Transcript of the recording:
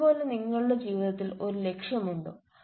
അതുപോലെനിങ്ങളുടെ ജീവിതത്തിൽ ഒരു ലക്ഷ്യമുണ്ടോ